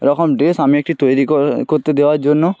রকম ড্রেস আমি একটি তৈরি করে করতে দেওয়ার জন্য